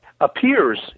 appears